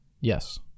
Yes